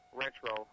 retro